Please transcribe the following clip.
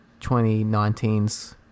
2019s